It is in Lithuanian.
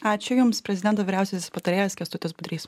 ačiū jums prezidento vyriausiasis patarėjas kęstutis budrys